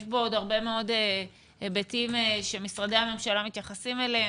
יש פה הרבה היבטים שמשרדי ממשלה אחרים מתייחסים אליהם,